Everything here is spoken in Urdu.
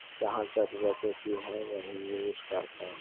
جہاں ضرورت ہوتی ہے وہیں یوز کرتا ہوں